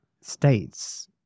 states